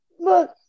Look